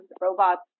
robots